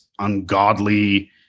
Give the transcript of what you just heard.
ungodly